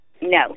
No